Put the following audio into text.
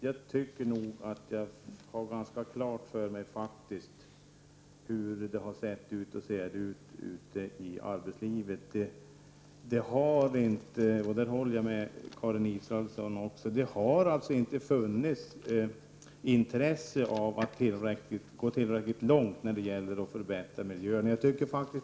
Jag tycker faktiskt att jag har ganska klart för mig hur det har sett ut och hur det ser ut ute i arbetslivet. Det har inte funnits intresse av att gå tillräckligt långt när det gäller att förbättra arbetsmiljön. Här håller jag alltså med Karin Israelsson.